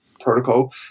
protocol